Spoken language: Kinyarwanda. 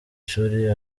ishuri